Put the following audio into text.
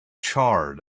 charred